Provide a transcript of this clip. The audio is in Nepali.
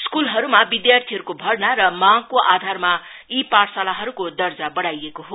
स्कूलहरूमा विद्यार्थीहरूको भर्ना र मागको आधारमा यी पाठशालीहरूको दर्जा बढाइएको हो